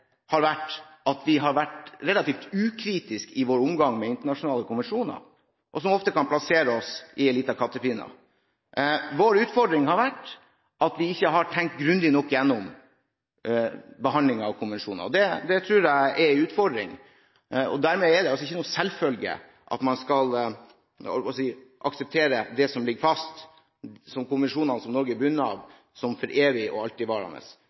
har vært at vi er relativt ukritiske i vår omgang med internasjonale konvensjoner, noe som ofte kan gi oss litt kattepine. Vår utfordring har vært at vi ikke har tenkt grundig nok gjennom behandlingen av konvensjonene. Det tror jeg er en utfordring. Dermed er det altså ikke noen selvfølge at man skal akseptere det som ligger fast – som konvensjonene som Norge er bundet